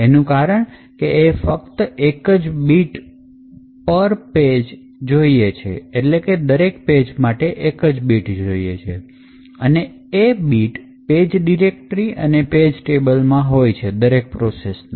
એનું કારણ કે એ ફક્ત એક જ bit પર પેજ જોઈએ છે અને એ bit પેજ ડિરેક્ટરી અને પેજ ટેબલમાં હોય છે દરેક પ્રોસેસના